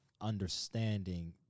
understanding